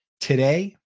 Today